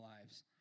lives